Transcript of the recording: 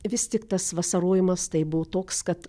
vis tik tas vasarojimas tai buvo toks kad